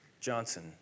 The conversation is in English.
Johnson